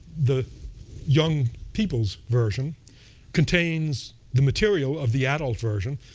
the young people's version contains the material of the adult version.